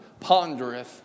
pondereth